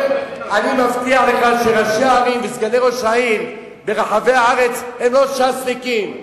הרי אני מבטיח לך שראשי ערים וסגני ראש עיר ברחבי הארץ הם לא ש"סניקים.